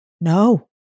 No